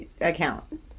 account